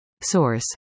Source